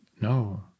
no